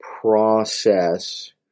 process